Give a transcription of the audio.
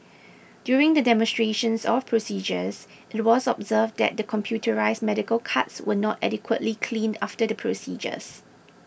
during the demonstrations of procedures it was observed that the computerised medical carts were not adequately cleaned after the procedures